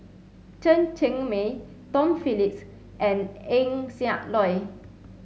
Chen Cheng Mei Tom Phillips and Eng Siak Loy